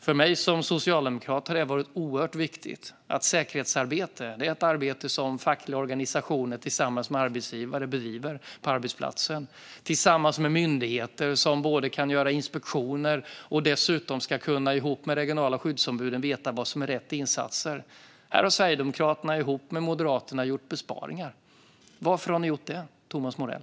För mig som socialdemokrat har detta varit oerhört viktigt. Säkerhetsarbete är ett arbete som fackliga organisationer tillsammans med arbetsgivare bedriver på arbetsplatsen. De gör det tillsammans med myndigheter som kan göra inspektioner och som dessutom ihop med regionala skyddsombud ska kunna veta vad som är rätt insatser. Här har Sverigedemokraterna ihop med Moderaterna gjort besparingar. Varför har ni gjort det, Thomas Morell?